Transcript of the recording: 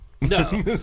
No